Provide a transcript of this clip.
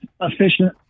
efficient